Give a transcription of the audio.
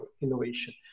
innovation